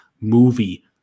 movie